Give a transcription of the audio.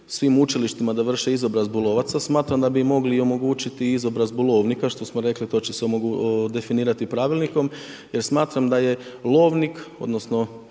svim učilištima da vrše izobrazbu lovaca, smatram da bi mogli i omogućiti izobrazbu lovnika, što smo rekli, to će se definirati Pravilnikom jer smatram da je lovnik odnosno